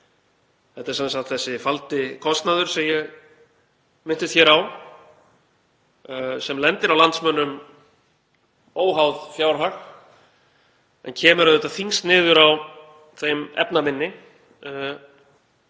Þetta er sem sagt þessi faldi kostnaður sem ég minntist hér á sem lendir á landsmönnum óháð fjárhag en kemur auðvitað þyngst niður á þeim efnaminni